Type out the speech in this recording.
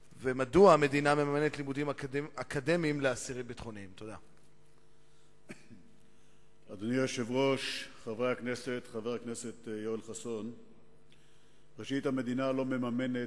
3. מדוע המדינה מממנת